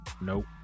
nope